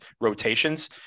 rotations